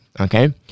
Okay